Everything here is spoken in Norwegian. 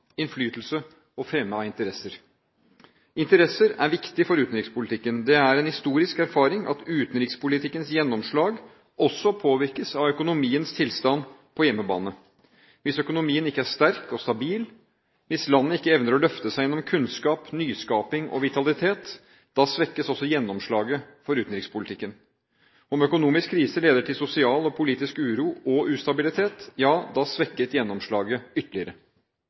innflytelse og fremme av interesser. Interesser er viktig for utenrikspolitikken. Det er en historisk erfaring at utenrikspolitikkens gjennomslag også påvirkes av økonomiens tilstand på hjemmebane. Hvis økonomien ikke er sterk og stabil, hvis landet ikke evner å løfte seg gjennom kunnskap, nyskaping og vitalitet, da svekkes også gjennomslaget for utenrikspolitikken. Om økonomisk krise leder til sosial og politisk uro og ustabilitet – ja, da svekkes gjennomslaget ytterligere.